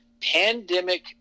Pandemic